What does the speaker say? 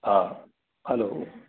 हा हलो